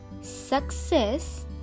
success